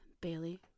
Bailey